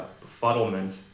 befuddlement